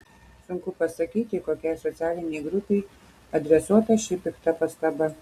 sunku pasakyti kokiai socialinei grupei adresuota ši pikta pastaba